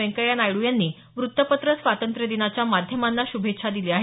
व्यंकय्या नायडू यांनी वृत्तपत्र स्वातंत्र्य दिनाच्या माध्यमांना श्भेच्छा दिल्या आहेत